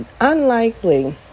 unlikely